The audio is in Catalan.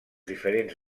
diferents